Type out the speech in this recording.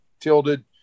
tilted